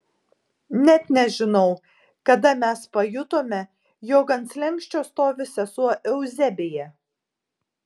net nežinau kada mes pajutome jog ant slenksčio stovi sesuo euzebija